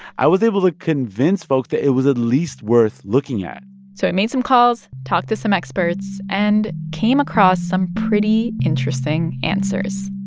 i was able to convince folks that it was at least worth looking at so i made some calls, talked to some experts and came across some pretty interesting answers